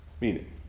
meaning